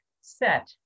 set